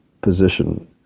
position